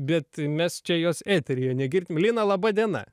bet mes čia jos eteryje negirdim lina laba diena